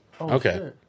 okay